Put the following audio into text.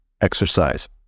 exercise